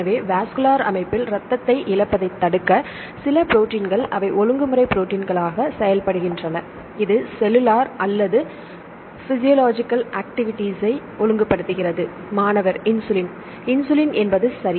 எனவே வாஸ்குலர் அமைப்பில் இரத்தத்தை இழப்பதைத் தடுக்க சில ப்ரோடீன்கள் அவை ஒழுங்குமுறை ப்ரோடீன்களாக செயல்படுகின்றன இது செல்லுலார் அல்லது பிஸியோலொஜிக்கல் ஆக்ட்டிவிட்டி ஐ ஒழுங்குபடுத்துகிறது மாணவர்இன்சுலின் இன்சுலின் என்பது சரி